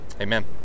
Amen